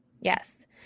Yes